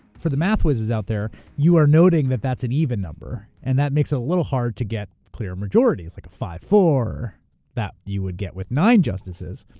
for the math whizzes out there you are noting that that's an even number and that makes it a little hard to get clear majorities, like a five four that you would get with nine justices.